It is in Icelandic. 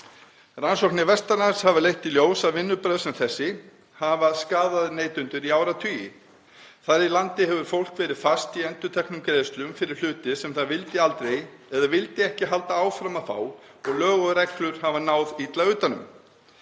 Rannsóknir vestan hafs hafa leitt í ljós að vinnubrögð sem þessi hafa skaðað neytendur í áratugi. Þar í landi hefur fólk verið fast í endurteknum greiðslum fyrir hluti sem það vildi aldrei eða vildi ekki halda áfram að fá og lög og reglur hafa náð illa utan um.